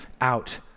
out